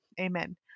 Amen